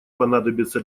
понадобится